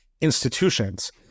institutions